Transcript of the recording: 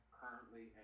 currently